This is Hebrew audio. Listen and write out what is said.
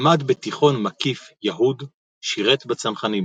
למד בתיכון מקיף יהוד, שירת בצנחנים.